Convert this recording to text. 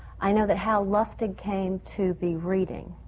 i know that hal luftig came to the reading,